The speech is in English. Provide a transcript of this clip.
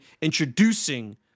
introducing